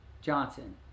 Johnson